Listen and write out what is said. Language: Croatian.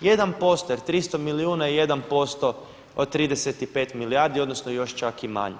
jer 300 milijuna je 1% od 35 milijardi odnosno još čak i manje.